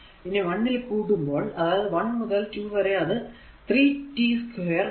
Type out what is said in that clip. ഇനി 1 ൽ കൂടുമ്പോൾ അതായതു 1 മുതൽ 2 വരെ അത് 3 t 2 dt